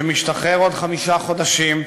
שמשתחרר עוד חמישה חודשים,